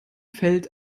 fällt